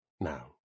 now